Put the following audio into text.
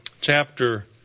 chapter